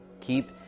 keep